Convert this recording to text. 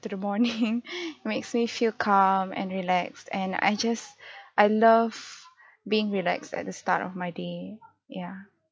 to the morning makes me feel calm and relaxed and I just I love being relaxed at the start of my day ya